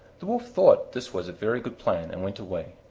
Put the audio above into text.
the wolf thought this was a very good plan and went away.